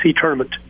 tournament